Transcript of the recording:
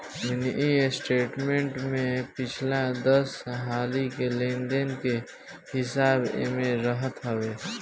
mini statement में पिछला दस हाली के लेन देन के हिसाब एमे रहत हवे